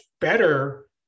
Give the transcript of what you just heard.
better